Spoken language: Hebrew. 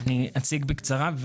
אציג בקצרה,